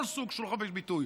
כל סוג חופש ביטוי,